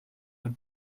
ein